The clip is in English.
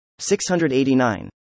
689